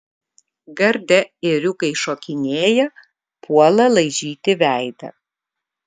garde ėriukai šokinėja puola laižyti veidą